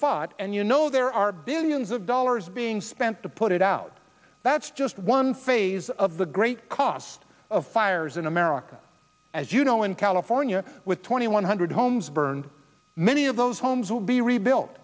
fought and you know there are billions of dollars being spent to put it out that's just one phase of the great cost of fires in america as you know in california with twenty one hundred homes burned many of those homes will be rebuilt